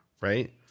Right